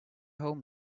home